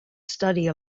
study